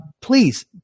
please